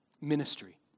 ministry